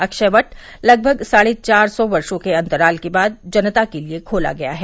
अक्षयवट लगभग साढ़े चार सौ वर्षो के अन्तराल के बाद जनता के लिये खोला गया है